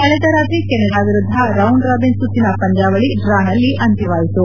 ಕಳೆದ ರಾತ್ರಿ ಕೆನಡಾ ವಿರುದ್ದ ರೌಂಡ್ ರಾಬಿನ್ ಸುತ್ತಿನ ಪಂದ್ವಾವಳಿ ಡ್ರಾನಲ್ಲಿ ಅಂತ್ವವಾಯಿತು